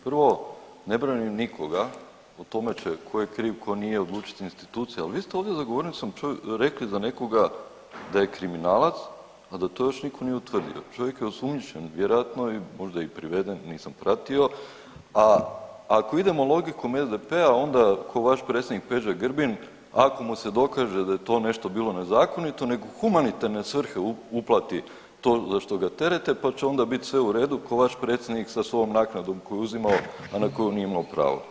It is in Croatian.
Prvo ne branim nikoga, o tome će ko je kriv, ko nije odlučit institucija, al vi ste ovdje za govornicom rekli za nekoga da je kriminalac, a da to još niko nije utvrdio, čovjek je osumnjičen vjerojatno i možda i priveden, nisam pratio, a ako idemo logikom SDP-a onda ko vaš predsjednik Peđa Grbin, ako mu se dokaže da je to nešto bilo nezakonito nek u humanitarne svrhe uplati to za što ga terete, pa će onda bit sve u redu ko vaš predsjednik sa svojom naknadu koju je uzimao, a na koju nije imao pravo.